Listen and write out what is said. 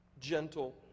gentle